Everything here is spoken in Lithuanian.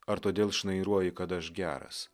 ar todėl šnairuoji kad aš geras